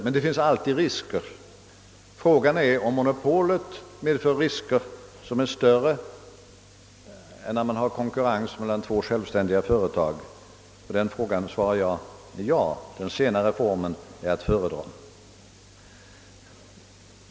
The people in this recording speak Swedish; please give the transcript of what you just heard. Men det finns alltid risker, och frågan är om monopolet medför risker som är större än de vid konkurrens mellan två självständiga företag. På denna fråga svarar jag ja. Därför är den senare formen att föredra.